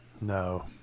No